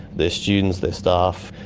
their students, their staff,